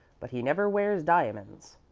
but he never wears diamonds.